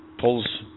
pulls